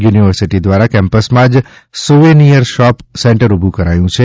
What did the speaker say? university દ્વારા કેમ્પસમાં જ સોવિનિયર શોપ સેન્ટર ઊભું કરાયું છે